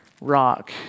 rock